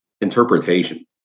interpretation